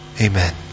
amen